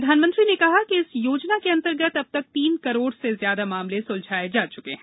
प्रधानमंत्री ने कहा कि इस योजना के अंतर्गत अब तक तीन करोड़ से ज्यादा मामले सुलझाए जा चुके हैं